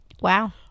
Wow